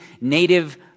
native